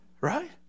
Right